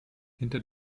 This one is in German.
hinter